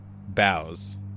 bows